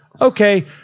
okay